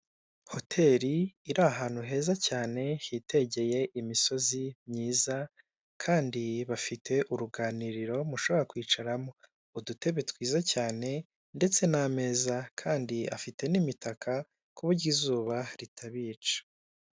Hoteli iri ahantu heza cyane hitegeye imisozi myiza kandi bafite uruganiriro mushobora kwicaramo udutebe twiza cyane ndetse n'ameza kandi afite n'imitaka ku buryo izuba ritabica.